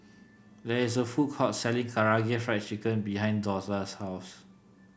there is a food court selling Karaage Fried Chicken behind Dortha's house